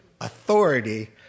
authority